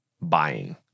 buying